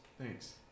Thanks